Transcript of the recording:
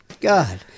God